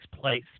place